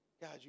God